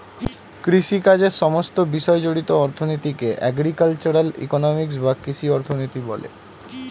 কৃষিকাজের সমস্ত বিষয় জড়িত অর্থনীতিকে এগ্রিকালচারাল ইকোনমিক্স বা কৃষি অর্থনীতি বলে